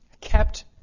kept